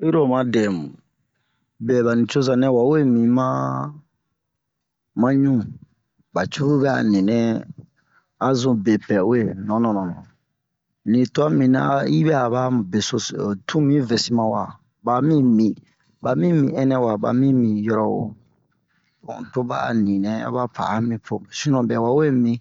Oyi ro oma dɛmu bɛ ba nicoza nɛ wa we mi ma ma ɲu ba cruu bɛ'a ni nɛ a zun be pɛ uwe non non non non ni twa mibini a yi bɛ'a ba beso so ho tun mi vɛsi ma wa ba mi mi ba mi mi ɛnɛ wa ba mi mi yoro wo don to ba a ni nɛ a ba pa'a mi po mu sinon bɛ wa we mi